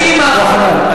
חבר הכנסת פלסנר,